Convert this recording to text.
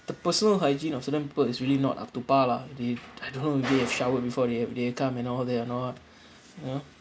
the personal hygiene of certain people is really not up to par lah they've I don't know if they've showered before they've they come and all that or not you know